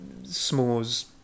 s'mores